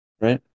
right